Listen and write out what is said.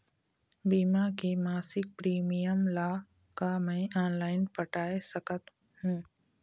बीमा के मासिक प्रीमियम ला का मैं ऑनलाइन पटाए सकत हो?